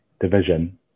division